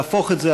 להפוך את זה,